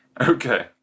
okay